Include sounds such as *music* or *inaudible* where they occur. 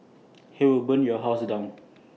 *noise* he will burn your house down *noise*